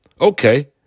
okay